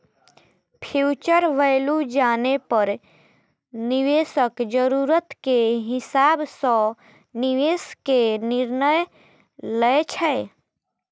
future value जानै पर निवेशक जरूरत के हिसाब सं निवेश के निर्णय लै छै